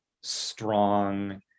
strong